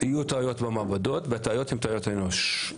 יהיו טעויות במעבדות והטעויות הן טעויות אנוש,